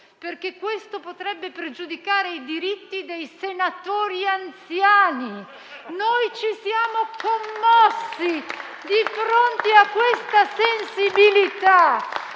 perché ciò potrebbe pregiudicare i diritti dei senatori anziani. Noi ci siamo commossi di fronte a questa sensibilità